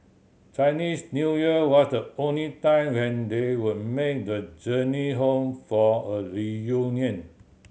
Chinese New Year was the only time when they would make the journey home for a reunion